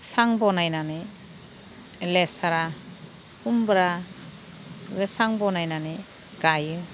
सांग नायनानै लेसारा खुमब्रा सांग' नायनानै गायो